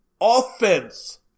offense